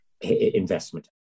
investment